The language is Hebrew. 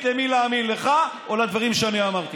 למי להאמין: לך או לדברים שאני אמרתי.